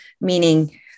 meaning